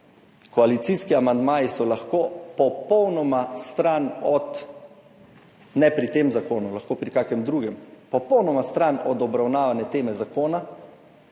Koalicijski amandmaji so lahko popolnoma stran od, ne pri tem zakonu, lahko pri kakšnem drugem, popolnoma stran od obravnavane teme zakona.